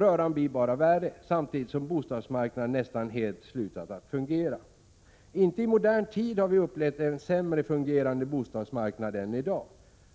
Röran blir bara värre, samtidigt som bostadsmarknaden nästan helt slutat att fungera. Vi har inte i modern tid upplevt en sämre fungerande bostadsmarknad än i dag.